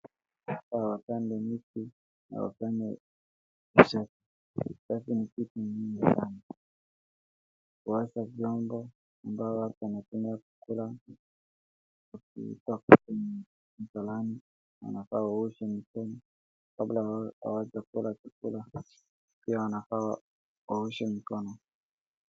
Wapande miti na wafanye usafi. Usafi ni kitu muhimu sana. Kuosha vyombo ambavyo watu wanapenda kula. Wakitoka msalani, wanafaa waoshe mikono kabla hawajaa kula chakula. Pia wanafaa waoshe mikono.